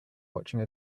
watching